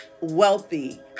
wealthy